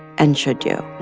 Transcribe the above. and should you?